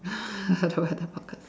the weather forecast